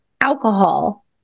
alcohol